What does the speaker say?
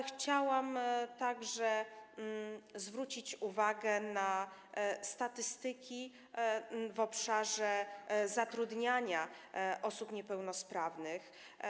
Chciałam także zwrócić uwagę na statystyki w obszarze zatrudniania osób niepełnosprawnych.